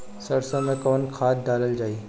सरसो मैं कवन खाद डालल जाई?